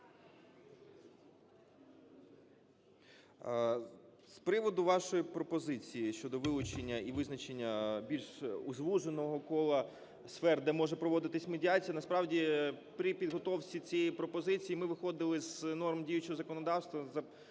З приводу вашої пропозиції щодо вилучення і визначення більш звуженого кола сфер, де може проводитись медіація. Насправді при підготовці цієї пропозиції ми виходили з норм діючого законодавства.